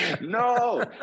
no